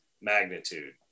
magnitude